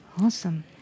awesome